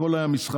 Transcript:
הכול היה משחק,